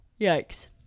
Yikes